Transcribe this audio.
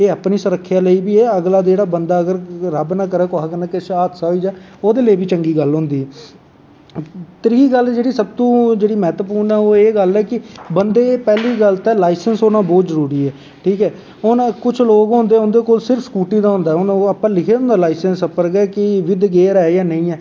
एह् अपनी सरक्खेआ लेई बी ऐ अगला बंदा जेह्ड़ा रब्ब ना करै कुसै कन्नै कोई हादसा होई दा ओह्दे लेई बी चंगी गल्ल होंदी ऐ त्रीह् गल्ल जेह्ड़ी सब तो मैह्त्वपूर्ण गल्ल ऐ ओह् एह् ऐ कि बंदे दी पैह्ली गल्ल दे लाईसैंस होना बौह्त जरूरी ऐ ठीक ऐ हून कुश लोग होंदे उंदे कोल सिर्फ स्कूटी दा होंदा साईसैंस उप्पर लिखे दा होंदा कि बिद्द गेयर ऐ जां नेईं ऐ